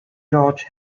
george